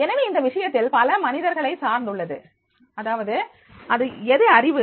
எனவே இந்த விஷயத்தில் பல மனிதர்களை சார்ந்துள்ளது அதாவது எது அறிவு